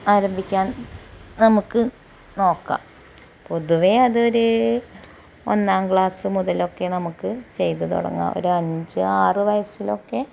ആരംഭിക്കാൻ നമുക്ക് നോക്കാം പൊതുവേ അതൊര് ഒന്നാം ക്ലാസ്സ് മുതലൊക്കെ നമുക്ക് ചെയ്ത് തുടങ്ങാം ഒരു അഞ്ചാറ് വയസ്സിലൊക്കെ